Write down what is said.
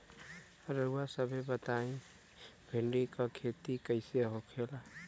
रउआ सभ बताई भिंडी क खेती कईसे होखेला?